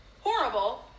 horrible